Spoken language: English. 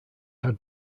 had